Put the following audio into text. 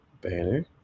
Banner